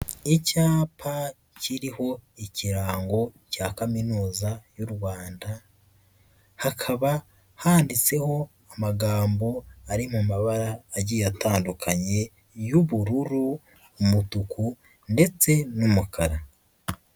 Icyapa kiriho ikirango cya kaminuza y'u Rwanda, hakaba handitseho amagambo ari mu mabara agiye atandukanye y'ubururu, umutuku ndetse n'umukara.